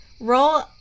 roll